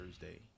Thursday